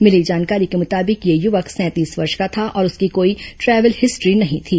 मिली जानकारी के मुताबिक यह युवक सैंतीस वर्ष का था और उसकी कोई द्रै वल हिस्दू ी नहीं थी